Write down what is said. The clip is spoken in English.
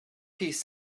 piece